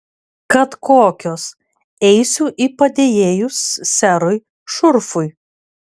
kad kokios eisiu į padėjėjus serui šurfui